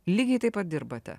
lygiai taip pat dirbate